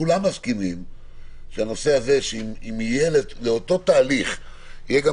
כולם מסכימים שאם לאותו תהליך יהיה גם